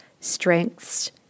strengths